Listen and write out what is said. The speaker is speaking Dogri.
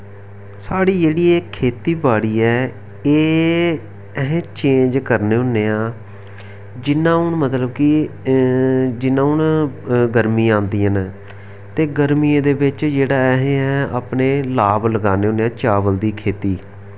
साढ़ी जेह्ड़ी एह् खेत्ती बाड़ी ऐ एह् असें चेंज करने होन्ने आं जि'यां हून मतलब कि जि'यां हून गर्मियां औंदियां न ते गर्मियें दे बिच्च जेह्ड़ा ऐ अस एह् लाव लगाने होन्ने आं चावल दी खेत्ती